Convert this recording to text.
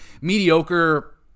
mediocre